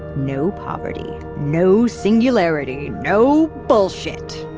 no poverty, no singularity, no bullshit!